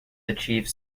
achieved